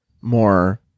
more